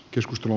keskustelu